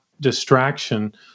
distraction